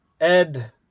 Ed